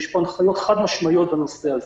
יש פה הנחיות חד-משמעיות בנושא הזה.